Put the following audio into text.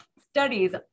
studies